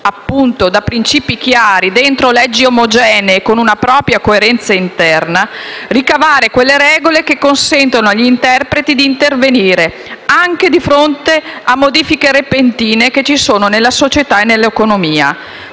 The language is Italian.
l'appunto, da principi chiari, entro leggi omogenee e con una propria coerenza interna, ricavare quelle regole che consentano agli interpreti di intervenire, anche a fronte delle modifiche repentine della società e dell'economia.